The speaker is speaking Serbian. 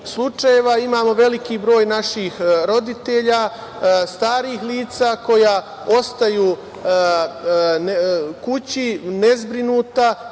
imamo veliki broj naših roditelja, starih lica koja ostaju kući, nezbrinuta